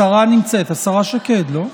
השרה נמצאת, השרה שקד, לא?